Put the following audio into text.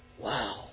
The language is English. Wow